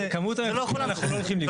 אז כמות המפקחים אנחנו לא הולכים לבדוק.